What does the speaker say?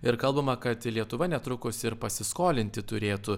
ir kalbama kad lietuva netrukus ir pasiskolinti turėtų